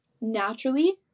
naturally